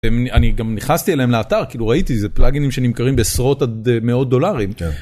אני גם נכנסתי אליהם לאתר כאילו ראיתי זה פלאגינים שנמכרים בעשרות עד מאות דולרים.